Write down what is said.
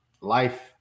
life